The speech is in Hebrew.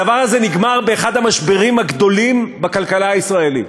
הדבר הזה נגמר באחד המשברים הגדולים בכלכלה הישראלית.